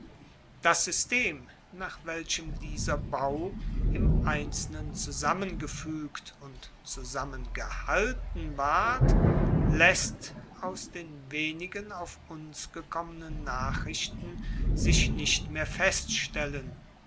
das system nach welchem dieser bau im einzelnen zusammengefuegt und zusammengehalten ward laesst aus den wenigen auf uns gekommenen nachrichten sich nicht mehr feststellen